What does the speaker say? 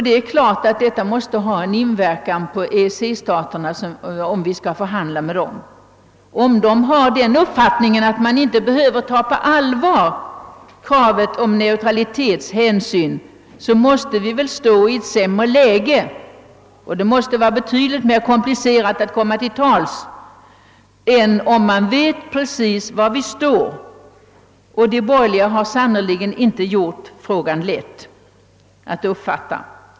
Det är klart att det måste ha en inverkan på EEC-staterna, om vi en gång skall förhandla med dem, ifall de har den uppfattningen att man inte behöver ta på allvar kravet på neutralitetshänsyn. Då måste vi stå i ett sämre läge, och det måste vara betydligt mera komplicerat att komma till tals än om man bestämt vet var vi står. De borgerliga har sannerligen inte gjort frågan lätt att uppfatta.